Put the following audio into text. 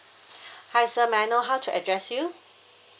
hi sir may I know how to address you